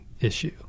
issue